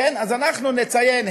אז אנחנו נציין,